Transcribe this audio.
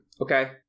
okay